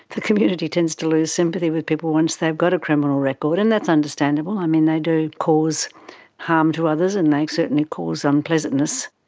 the community tends to lose sympathy with people once they've got a criminal record. and that's understandable. i mean, they do cause harm to others and they certainly cause unpleasantness.